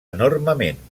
enormement